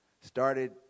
Started